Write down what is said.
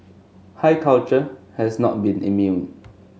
high culture has not been immune